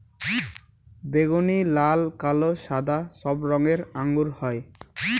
বেগুনি, লাল, কালো, সাদা সব রঙের আঙ্গুর হয়